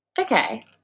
okay